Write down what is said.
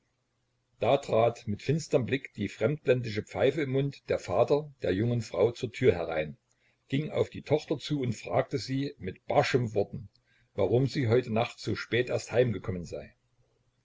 da trat mit finsterm blick die fremdländische pfeife im mund der vater der jungen frau zur tür herein ging auf die tochter zu und fragte sie mit barschen worten warum sie heute nacht so spät erst heimgekommen sei